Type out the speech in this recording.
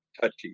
touchy